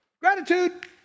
Gratitude